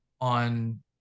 on